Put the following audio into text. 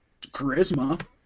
charisma